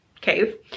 cave